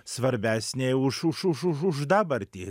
svarbesnė už už už už už dabartį